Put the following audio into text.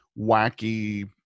wacky